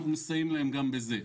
אנחנו מסייעים להם גם בזה,